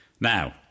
Now